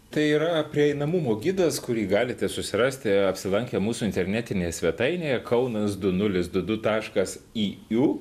tai yra prieinamumo gidas kurį galite susirasti apsilankę mūsų internetinėje svetainėje kaunas du nulis du du taškas y iu